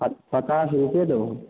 पऽ पचास रुपए देबहो